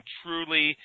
truly